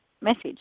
message